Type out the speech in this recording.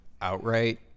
outright